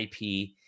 IP